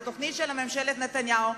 לתוכנית של ממשלת נתניהו,